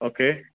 okay